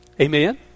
Amen